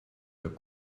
der